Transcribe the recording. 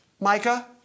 Micah